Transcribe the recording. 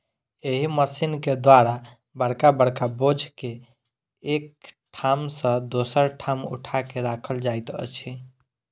एहि मशीन के द्वारा बड़का बड़का बोझ के एक ठाम सॅ दोसर ठाम उठा क राखल जाइत अछि